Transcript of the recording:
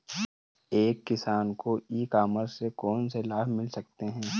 एक किसान को ई कॉमर्स के कौनसे लाभ मिल सकते हैं?